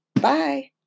Bye